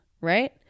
right